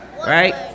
Right